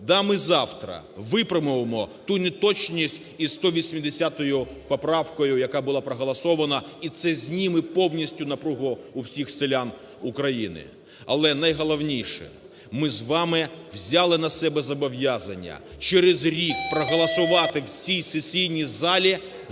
Да, ми завтра виправимо ту неточність із 180 поправкою, яка була проголосована, і це зніме повністю напругу у всіх селян України. Але, найголовніше, ми з вами взяли на себе зобов'язання через рік проголосувати в цій сесійній залі